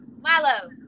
Milo